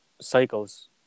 cycles